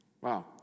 Wow